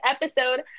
episode